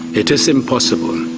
it is impossible.